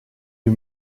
you